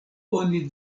oni